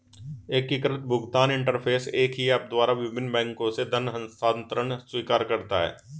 एकीकृत भुगतान इंटरफ़ेस एक ही ऐप द्वारा विभिन्न बैंकों से धन हस्तांतरण स्वीकार करता है